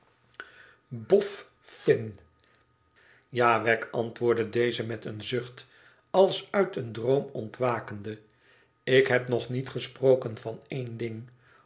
ibof fin ja wegg antwoordde deze met een zucht als uit een droom ontwakende tik heb nog niet gesproken van één ding